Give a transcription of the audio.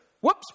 whoops